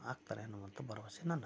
ಹಾಕ್ತಾರೆ ಅನ್ನುವಂತ ಭರವಸೆ ನನ್ನದು